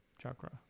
chakra